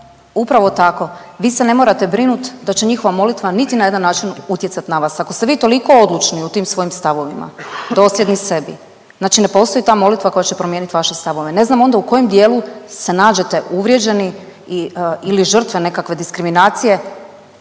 upravo tako. Vi se ne morate brinut da će njihova molitva niti na jedan način utjecat na vas. Ako ste vi toliko odlučni u tim svojim stavovima, dosljedni sebi znači ne postoji ta molitva koja će promijenit vaše stavove. Ne znam onda u kojem dijelu se nađete uvrijeđeni i ili žrtve nekakve diskriminacije